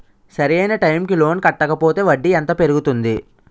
సరి అయినా టైం కి లోన్ కట్టకపోతే వడ్డీ ఎంత పెరుగుతుంది?